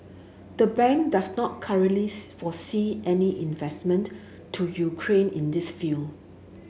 the bank does not currently foresee any investment to Ukraine in this field